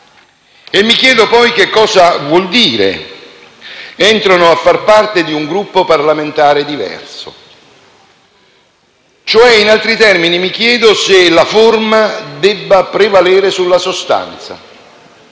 Mi chiedo, poi, cosa voglia dire che entrano a fare parte di un Gruppo parlamentare diverso. In altri termini, mi chiedo se la forma debba prevalere sulla sostanza,